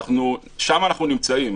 שם אנחנו נמצאים.